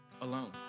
alone